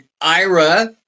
Ira